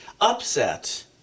upset